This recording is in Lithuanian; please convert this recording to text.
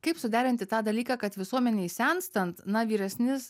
kaip suderinti tą dalyką kad visuomenei senstant na vyresnis